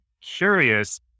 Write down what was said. curious